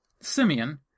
Simeon